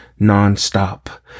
Non-stop